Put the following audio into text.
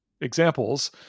examples